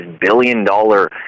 billion-dollar